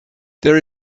there